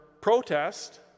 protest